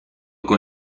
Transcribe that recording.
con